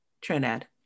Trinidad